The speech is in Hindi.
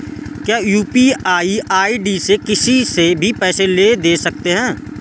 क्या यू.पी.आई आई.डी से किसी से भी पैसे ले दे सकते हैं?